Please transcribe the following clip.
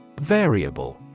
Variable